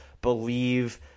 believe